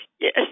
Yes